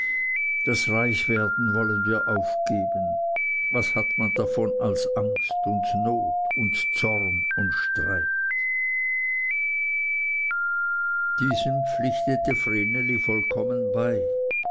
das reichwerden wollen wir aufgeben was hat man davon als angst und not und zorn und streit diesem pflichtete vreneli vollkommen bei